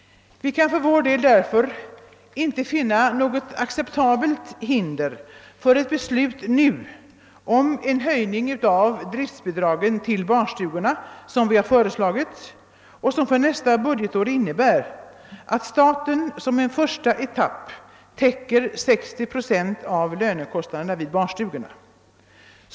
Det finns därför inget acceptabelt hinder för ett beslut nu om den höjning av driftbidragen till barnstugorna som vi föreslagit och som för nästa budgetår innebär att staten som en första etapp täcker 60 procent av lönekostnaderna vid barnstugorna.